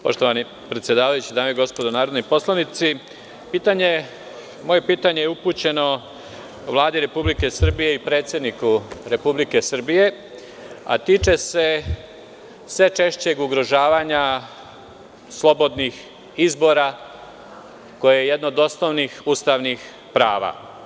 Poštovani predsedavajući, dame i gospodo narodni poslanici, moje pitanje je upućeno Vladi Republike Srbije i predsedniku Republike Srbije, a tiče se sve češćeg ugrožavanja slobodnih izbora koje je jedno od osnovnih ustavnih prava.